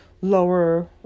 lower